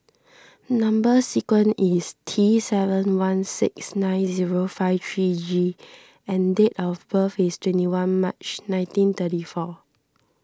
Number Sequence is T seven one six nine zero five three G and date of birth is twenty one March nineteen thirty four